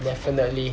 definitely